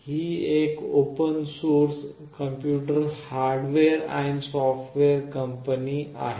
ही एक open source computer hardware आणि software company आहे